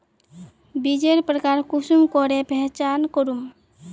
बीजेर प्रकार कुंसम करे पहचान करूम?